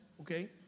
okay